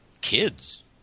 kids